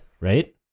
right